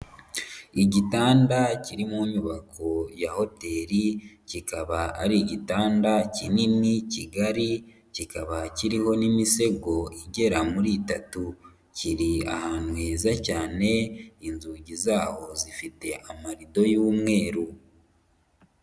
Igitanda kiri mu nyubako ya hoteli kikaba ari igitanda kinini kigari kikaba kiriho n'imisego igera muri itatu, kiri ahantu heza cyane, inzugi z'aho zifite amarido y'umweru.